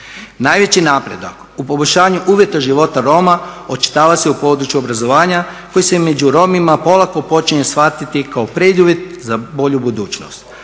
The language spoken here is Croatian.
Najveći napredak u poboljšanju uvjeta života Roma očitava se u području obrazovanja koji se među Romima polako počinje shvatiti kao preduvjet za bolju budućnost.